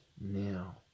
now